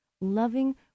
loving